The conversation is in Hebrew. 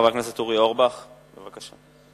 חבר הכנסת אורי אורבך, בבקשה.